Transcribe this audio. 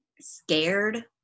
scared